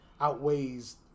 outweighs